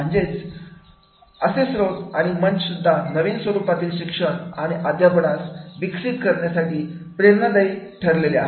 महत्त्वाचे म्हणजे असे स्रोत आणि मंच सुद्धा नवीन स्वरूपातील शिक्षण आणि अध्यापनास विकसित करण्यासाठी प्रेरणादायी ठरल्या